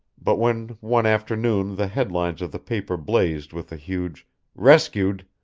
but when one afternoon the head-lines of the papers blazed with a huge rescued,